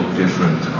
different